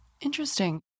Interesting